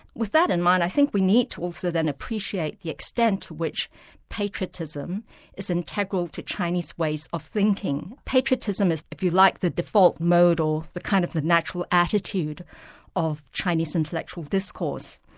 with that in mind, i think we need to also then appreciate the extent to which patriotism is integral to chinese ways of thinking. patriotism is if you like the default mode or the kind of the natural attitude of chinese intellectual discourse.